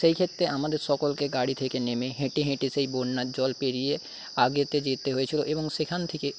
সেই ক্ষেত্রে আমাদের সকলকে গাড়ি থেকে নেমে হেঁটে হেঁটে সেই বন্যার জল পেরিয়ে আগেতে যেতে হয়েছিল এবং সেখান থেকে